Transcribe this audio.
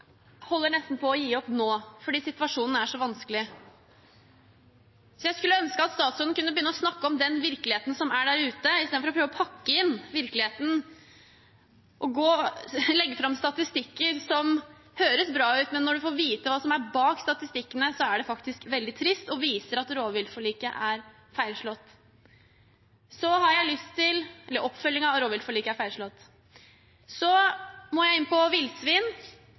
holder nesten på å gi opp nå, for situasjonen er så vanskelig. Jeg skulle ønske at statsråden kunne begynne å snakke om den virkeligheten som er der ute, i stedet for å prøve å pakke inn virkeligheten og legge fram statistikker som høres bra ut, men når man får vite hva som er bak statistikkene, er det faktisk veldig trist, og viser at oppfølgingen av rovviltforliket er feilslått. Så må jeg inn på villsvin. Det er en stor kontrast mellom ulv og villsvin,